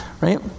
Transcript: Right